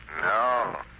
No